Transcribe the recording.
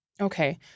Okay